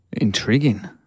Intriguing